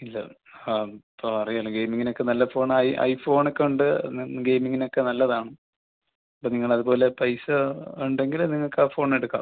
ഇല്ല ആ ഇപ്പം അറിയാലൊ ഗെയിമിഗിനൊക്കെ നല്ല ഫോണായി ഐ ഫോണൊക്കെ ഉണ്ട് ഇന്ന് ഗെയിമിങ്ങിനൊക്കെ നല്ലതാണ് ഇപ്പം നിങ്ങൾ അതു പോലെ പൈസ ഉണ്ടെങ്കിൽ നിങ്ങൾക്ക് ആ ഫോണെടുക്കാം